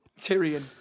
Tyrion